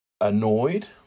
annoyed